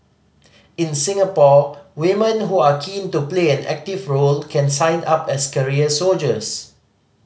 in Singapore women who are keen to play an active role can sign up as career soldiers